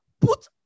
put